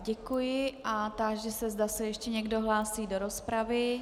Děkuji a táži se, zda se ještě někdo hlásí do rozpravy.